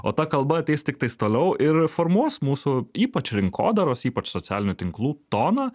o ta kalba ateis tiktais toliau ir formuos mūsų ypač rinkodaros ypač socialinių tinklų toną